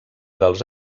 dels